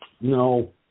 No